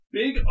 big